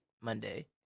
Monday